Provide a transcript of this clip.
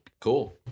cool